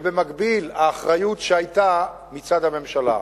ובמקביל, האחריות שהיתה מצד הממשלה.